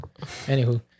Anywho